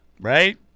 Right